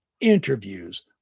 interviews